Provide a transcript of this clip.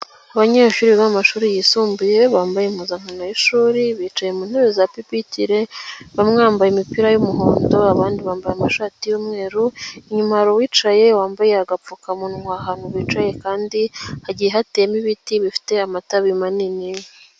Abanyeshuri bo mashuri yisumbuye bambaye impuzankano y'ishuri, bicaye mu ntebe za pipitile, bamwe bambaye imipira y'umuhondo, abandi bambaye amashati y'umweru, inyuma hari uwicaye wambaye agapfukamunwa, ahantu bicaye kandi hagiye hateyemo ibiti bifite amatabi manini.